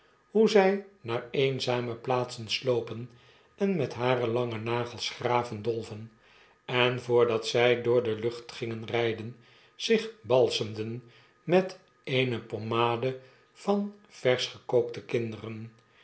hoe zij naar eenzame plaatsen slopen en met hare lange nagels graven dolven en voprdat zy door de lucht gingenrpen zich balsemden met eene pomade van verschgekookte kinderen